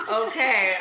okay